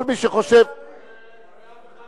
אני לא מדבר על ההליך,